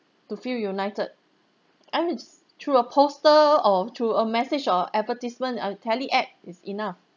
to feel united and it's through a poster or through a message or advertisement uh tele ad is enough